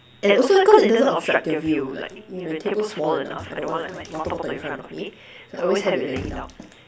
and also cause like it doesn't obstruct your view like your table's small enough I don't want like my water bottle in front of me so I always have it laying down